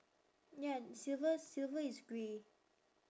ya silver silver is grey